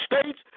states